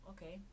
Okay